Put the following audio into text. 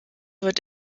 wird